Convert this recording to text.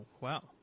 wow